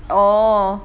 oh